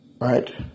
right